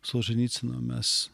solženycino mes